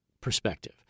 perspective